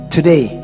Today